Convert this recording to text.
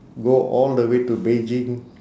go all the way to beijing